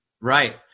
right